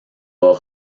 bas